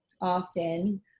often